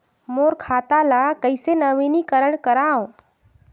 मोर खाता ल कइसे नवीनीकरण कराओ?